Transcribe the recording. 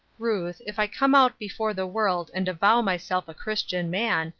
ruth, if i come out before the world and avow myself a christian man,